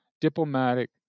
diplomatic